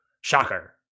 Shocker